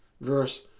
verse